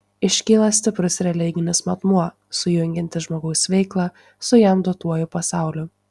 iškyla stiprus religinis matmuo sujungiantis žmogaus veiklą su jam duotuoju pasauliu